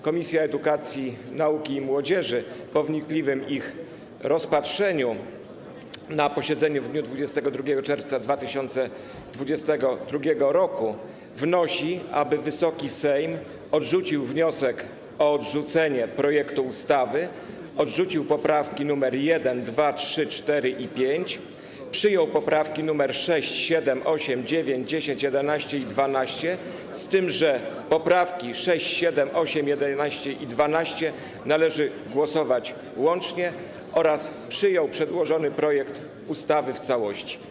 Komisja Edukacji, Nauki i Młodzieży po wnikliwym ich rozpatrzeniu na posiedzeniu w dniu 22 czerwca 2022 r. wnosi, aby Wysoki Sejm odrzucił wniosek o odrzucenie projektu ustawy, odrzucił poprawki 1., 2., 3., 4. i 5., przyjął poprawki 6., 7., 8., 9., 10., 11. i 12., z tym że nad poprawkami 6., 7., 8., 11. i 12. należy głosować łącznie, oraz przyjął przedłożony projektu ustawy w całości.